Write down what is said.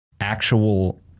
actual